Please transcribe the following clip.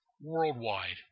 Worldwide